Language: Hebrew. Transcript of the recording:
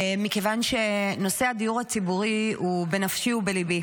מכיוון שנושא הדיור הציבורי הוא בנפשי ובליבי,